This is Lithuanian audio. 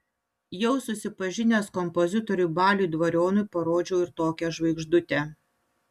jau susipažinęs kompozitoriui baliui dvarionui parodžiau ir tokią žvaigždutę